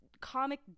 comic